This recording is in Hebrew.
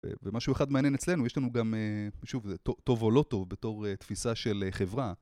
ומשהו אחד מעניין אצלנו, יש לנו גם, שוב, טוב או לא טוב בתור תפיסה של חברה.